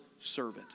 servant